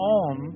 on